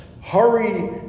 hurry